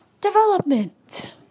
development